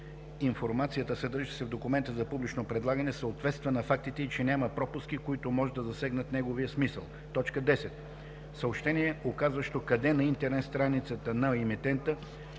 информацията, съдържаща се в документа за публично предлагане, съответства на фактите и че няма пропуски, които може да засегнат неговия смисъл; 10. съобщение, указващо къде на интернет страницата на емитента